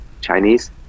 Chinese